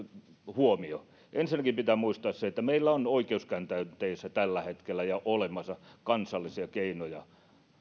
huomio ensinnäkin pitää muistaa se että meillä on oikeuskäytänteissä jo tällä hetkellä olemassa kansallisia keinoja